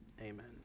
Amen